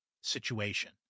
situation